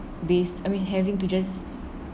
based I mean having to just